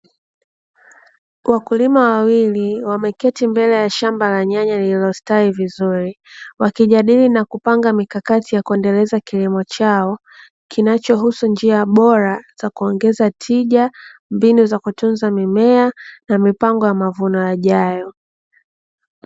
Wakulima wawili wameketi mbele ya shamba la nyanya lililostawi vizuri, wakijadili na kupanga mikakati ya kuendeleza kilimo chao, kinachohusu njia bora za kuongeza tija, mbinu za kutunza mimea na mipango ya mavuno yajayo.